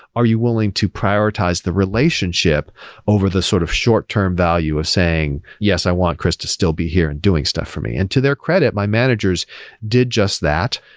are you willing to prioritize the relationship over the sort of short-term value of saying, yes, i want chris to still be here and doing stuff for me. and to their credit, my managers did just that.